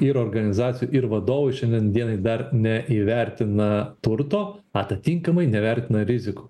ir organizacijų ir vadovų šiandien dienai dar neįvertina turto atatinkamai nevertina rizikų